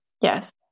Yes